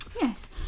yes